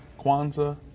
Kwanzaa